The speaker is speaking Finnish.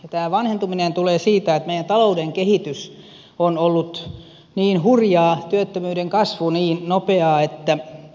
tämä vanhentuminen tulee siitä että meidän talouden kehitys on ollut niin hurjaa työttömyyden kasvu niin nopeaa että e